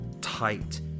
tight